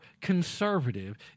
conservative